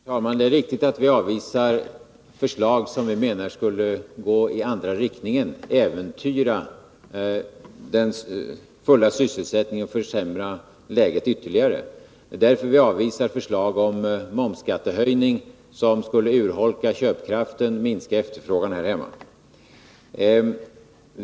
Herr talman! Det är riktigt att vi avvisar förslag som vi menar skulle gå i motsatt riktning, dvs. sådana som skulle äventyra den fulla sysselsättningen och försämra läget ytterligare. Det är därför som vi avvisar förslag om momshöjning, som skulle urholka köpkraften och minska efterfrågan här hemma.